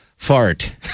Fart